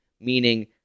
Meaning